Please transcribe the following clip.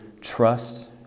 trust